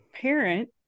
parent